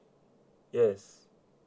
yes